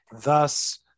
Thus